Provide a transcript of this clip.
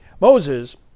Moses